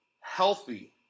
healthy